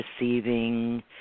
receiving